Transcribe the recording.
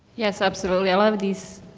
yes absolutely all of these,